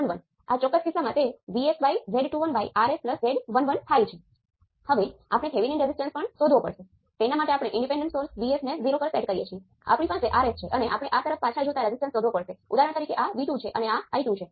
આ પોર્ટ કરવા માટે આ ખાસ નોન રેસિપ્રોકલ છે પરંતુ ચાલો કહીએ કે આપણે કંઈક બીજું લઈએ છીએ દાખલા તરીકે આપણે બે કંટ્રોલ સોર્સ ને એકસાથે જોડીએ છીએ અને ચાલો કહીએ કે આ Vx છે અને આ Gm Vx છે અને જો આ Vy છે તો તે Gm Vy હશે